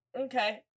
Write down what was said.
Okay